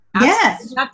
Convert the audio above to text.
Yes